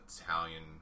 Italian